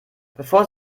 bevor